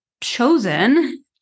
chosen